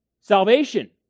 Salvation